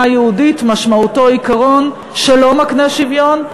יהודית משמעותו עיקרון שלא מקנה שוויון,